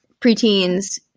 preteens